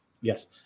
Yes